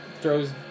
throws